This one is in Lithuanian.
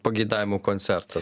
pageidavimų koncertą